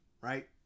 right